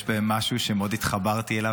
יש בהם משהו שמאוד התחברתי אליו.